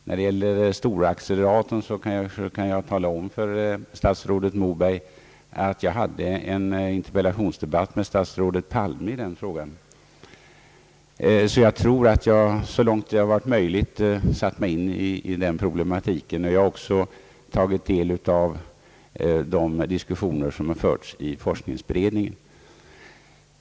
När det gäller storacceleratorn kan jag tala om för statsrådet Moberg, att jag hade en interpellationsdebatt med statsrådet Palme i den frågan. Jag tror därför att jag så långt det har varit möjligt har satt mig in i den problematiken. Jag har ocks tagit del av de diskussioner som har förts i forskningsberedningen.